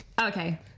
okay